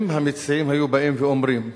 אם המציעים היו באים ואומרים,